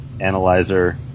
analyzer